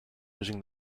using